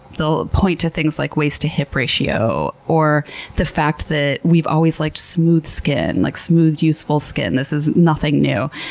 they'll point to things like waist to hip ratio or the fact that we've always liked smooth skin, like youthful skin. this is nothing new.